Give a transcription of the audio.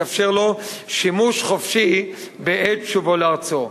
תאפשר לו שימוש חופשי בעת שובו לארצו,